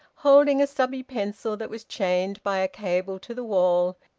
holding a stubby pencil that was chained by a cable to the wall,